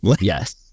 Yes